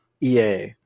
EA